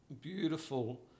beautiful